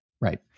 right